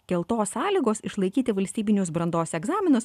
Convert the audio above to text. keltos sąlygos išlaikyti valstybinius brandos egzaminus